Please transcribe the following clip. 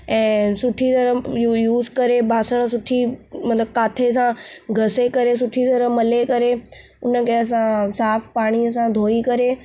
ऐं सुठी तरह यू यूज़ करे बासण सुठी मतलबु काथे सां घसे करे सुठी तरह मले करे हुनखे असां साफ़ु पाणीअ सां धोई करे